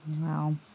Wow